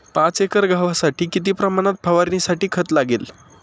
पाच एकर गव्हासाठी किती प्रमाणात फवारणीसाठी खत लागेल?